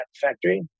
factory